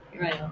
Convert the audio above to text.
Right